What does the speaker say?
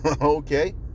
okay